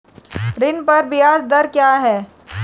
ऋण पर ब्याज दर क्या है?